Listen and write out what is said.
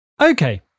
Okay